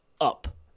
up